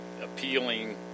appealing